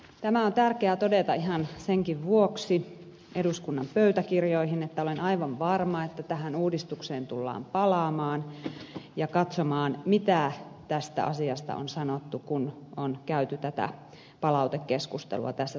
tämä on tärkeää todeta ihan senkin vuoksi eduskunnan pöytäkirjoihin että olen aivan varma että tähän uudistukseen tullaan palaamaan ja katsomaan mitä tästä asiasta on sanottu kun on käyty tätä palautekeskustelua tässä salissa